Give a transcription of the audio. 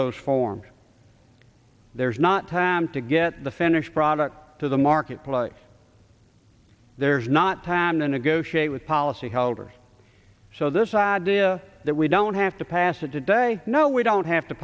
those forms there's not time to get the finished product to the marketplace there's not time to negotiate with policy holder so this idea that we don't have to pass it today no we don't have to